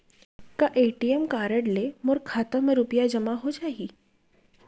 का ATM card ले मोर खाता म रुपिया जेमा हो जाही?